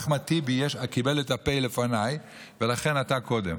אחמד טיבי קיבל את הפ' לפניי, ולכן אתה קודם.